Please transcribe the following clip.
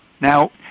now